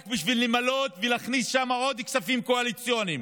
רק בשביל למלא ולהכניס שם עוד כספים קואליציוניים